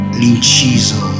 l'inciso